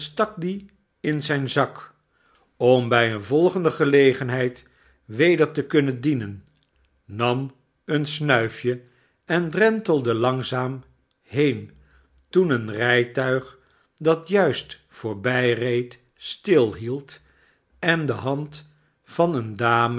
die in zijn zak om bij eene volgende gelegenheid weder te kunnen dienen nam een snuifje ntelde lan gzaam heen toen een rijtuig dat juist voorbijreed stilhield en de hand van een dame